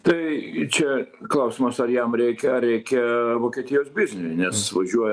tai čia klausimas ar jam reikia ar reikia vokietijos bizniui nes važiuoja